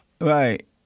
Right